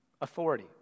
Authority